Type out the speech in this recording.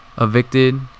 Evicted